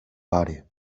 pare